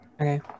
Okay